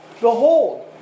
Behold